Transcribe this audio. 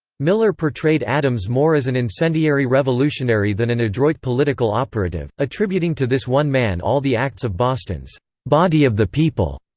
miller portrayed adams more as an incendiary revolutionary than an adroit political operative, attributing to this one man all the acts of boston's body of the people,